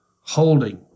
holding